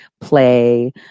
play